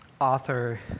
author